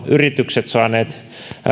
yritykset saaneet